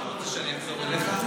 אתה לא רוצה שאני אחזור אליך.